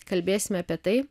kalbėsime apie tai